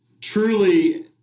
truly